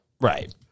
Right